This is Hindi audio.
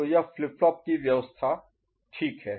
तो यह फ्लिप फ्लॉप की व्यवस्था ठीक है